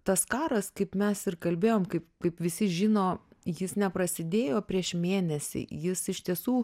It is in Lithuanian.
tas karas kaip mes ir kalbėjom kaip kaip visi žino jis neprasidėjo prieš mėnesį jis iš tiesų